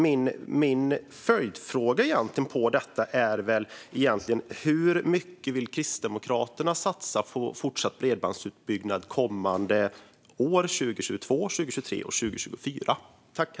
Min följdfråga på detta är hur mycket Kristdemokraterna vill satsa på fortsatt bredbandsutbyggnad kommande år, alltså 2022, 2023 och 2024.